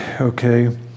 okay